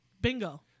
bingo